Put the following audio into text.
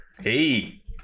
Hey